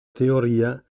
teoria